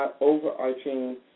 overarching